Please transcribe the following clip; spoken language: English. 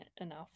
enough